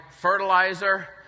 fertilizer